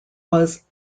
was